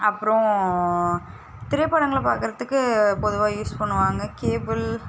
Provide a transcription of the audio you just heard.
அப்புறம் திரைப்படங்களை பார்க்குறத்துக்கு பொதுவாக யூஸ் பண்ணுவாங்கள் கேபுள்